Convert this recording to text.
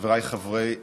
חבריי חברי הכנסת,